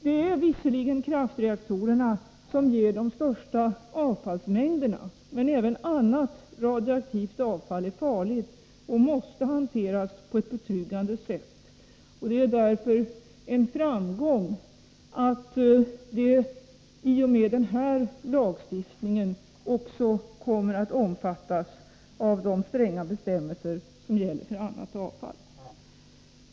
Det är visserligen kraftreaktorerna som ger de största avfallsmängderna, men även annat radioaktivt avfall är farligt och måste hanteras på ett betryggande sätt. Det är därför en framgång att det i och med den här lagstiftningen också kommer att omfattas av de stränga bestämmelser som gäller för avfall från reaktorer.